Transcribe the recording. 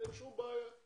אין שום בעיה.